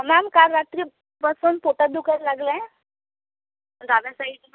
ma'am काल रात्रीपासून पोटात दुखायला लागलं आहे डाव्या साईडला